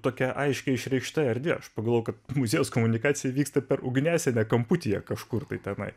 tokia aiškiai išreikšta erdvė aš pagalvojau kad muziejaus komunikacija vyksta per ugniasienę kamputyje kažkur tai tenai